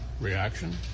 reaction